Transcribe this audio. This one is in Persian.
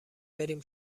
بریم